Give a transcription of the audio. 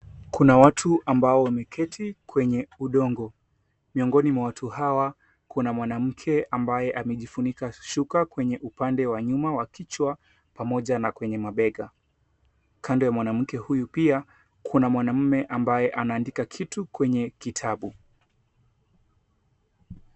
Kuna watu ambao wameketi kwenye udongo. Miongoni mwa watu hawa kuna mwanamke ambaye amejifunika shuka kwenye upande wa nyuma wa kichwa pamoja na kwenye mabega. Kando ya mwanamke huyu pia kuna mwanamume ambaye anaandika kitu kwenye kitabu.